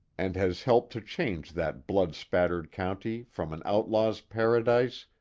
and has helped to change that blood-spattered county from an outlaw's paradise,